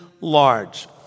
large